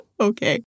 okay